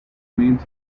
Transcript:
means